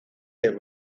del